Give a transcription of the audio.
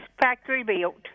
factory-built